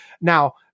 Now